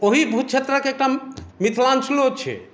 ओही भू क्षेत्रक एकटा मिथिलाञ्चलो छै